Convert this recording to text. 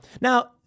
Now